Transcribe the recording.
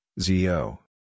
ZO